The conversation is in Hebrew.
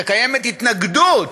שקיימת התנגדות,